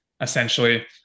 essentially